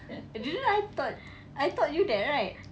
didn't I taught I taught you that right